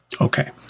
Okay